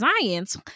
science